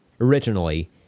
originally